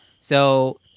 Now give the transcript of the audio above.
So-